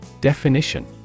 Definition